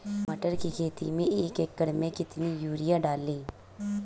मटर की खेती में एक एकड़ में कितनी यूरिया डालें?